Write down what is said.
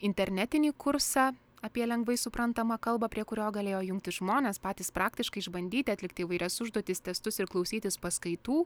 internetinį kursą apie lengvai suprantamą kalbą prie kurio galėjo jungtis žmonės patys praktiškai išbandyti atlikti įvairias užduotis testus ir klausytis paskaitų